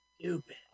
stupid